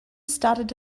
started